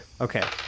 okay